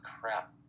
crap